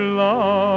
love